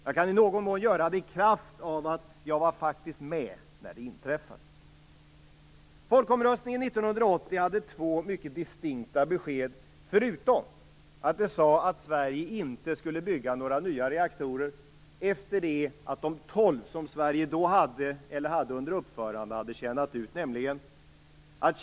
Jag kan i någon mån göra detta i kraft av att jag faktiskt var med när folkomröstningen hölls. Folkomröstningen 1980 innebar två mycket distinkta besked, förutom att den innebar att Sverige inte skulle bygga några nya reaktorer efter det att de tolv som Sverige då hade eller som var under uppförande hade tjänat ut.